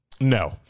No